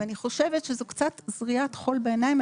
אני חושבת שזו קצת זריית חול בעיניים.